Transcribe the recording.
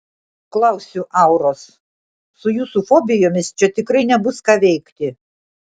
klausiu auros su jūsų fobijomis čia tikrai nebus ką veikti